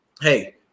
hey